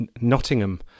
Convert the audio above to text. Nottingham